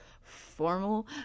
formal